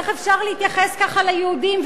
איך אפשר להתייחס ככה ליהודים,